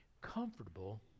comfortable